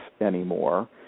anymore